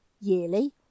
yearly